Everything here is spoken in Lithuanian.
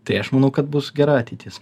tai aš manau kad bus gera ateitis